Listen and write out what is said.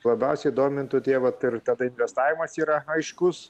labiausiai domintų tie vat ir tada investavimas yra aiškus